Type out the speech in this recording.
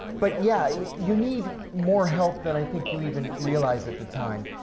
but, yeah, you need more help than i think you even realize at the time.